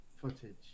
footage